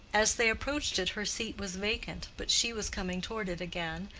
as they approached it her seat was vacant, but she was coming toward it again,